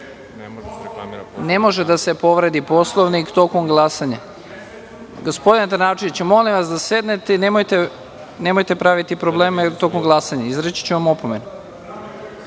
može da se povredi Poslovnik tokom glasanja. Gospodine Trnavčeviću, molim vas, sedite i nemojte praviti probleme tokom glasanja, izreći ću vam opomenu.